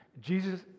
Jesus